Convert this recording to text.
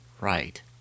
right